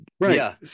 Right